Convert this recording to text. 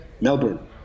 melbourne